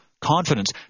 confidence